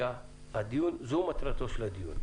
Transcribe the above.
זו מטרתו של הדיון.